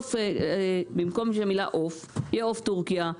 בסוף במקום המילה "עוף" יהיה "עוף טורקיה",